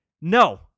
No